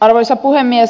arvoisa puhemies